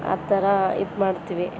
ಆ ಥರ ಇದ್ಮಾಡ್ತೀನಿ